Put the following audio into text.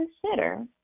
consider